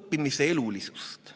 õppimise elulisust.